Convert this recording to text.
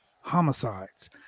homicides